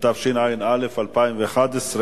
התשע"א 2011,